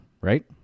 right